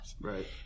Right